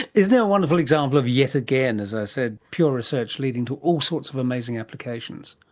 isn't it a wonderful example of, yet again, as i said, pure research leading to all sorts of amazing applications.